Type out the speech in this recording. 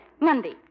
Monday